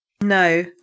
No